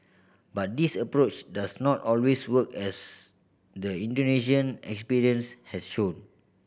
but this approach does not always work as the Indonesian experience has shown